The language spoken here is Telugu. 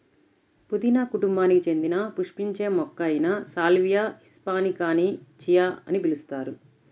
పుదీనా కుటుంబానికి చెందిన పుష్పించే మొక్క అయిన సాల్వియా హిస్పానికాని చియా అని పిలుస్తారు